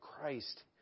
Christ